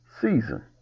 season